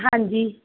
ਹਾਂਜੀ